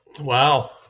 Wow